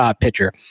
pitcher